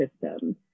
system